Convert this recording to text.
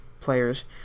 players